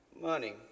money